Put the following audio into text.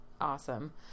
awesome